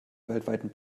weltweiten